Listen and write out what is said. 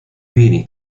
vini